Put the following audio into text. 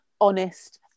honest